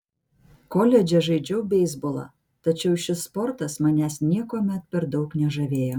koledže žaidžiau beisbolą tačiau šis sportas manęs niekuomet per daug nežavėjo